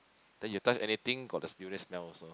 then you touch anything got the durian smell also